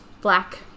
black